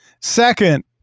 Second